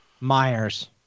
Myers